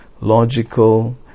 logical